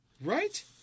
Right